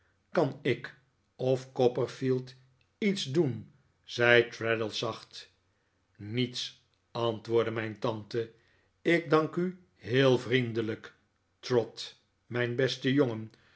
kan ik of copperfield iets doen zei traddles zacht niets antwoordde mijn tante ik dank u heel vriendelijk trot beste jongen